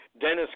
Dennis